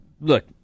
look